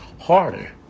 harder